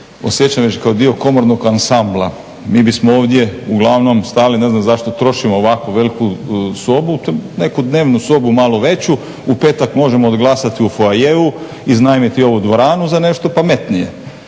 osjećam već kao dio komornog ansambla. Mi bismo ovdje uglavnom stajali, ne znam zašto trošimo ovakvu veliku sobu, neku dnevnu sobu malo veću, u petak možemo odglasati u foajeu, iznajmiti ovu dvoranu za nešto pametnije.